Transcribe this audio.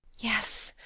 yes.